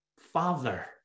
father